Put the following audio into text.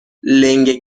لنگه